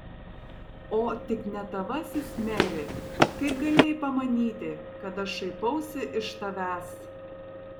o tik ne tavasis meri kaip galėjai pamanyti kad aš šaipausi iš tavęs